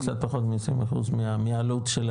קצת פחות מ-20% מהעלות?